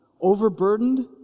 overburdened